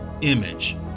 image